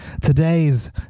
today's